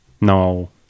No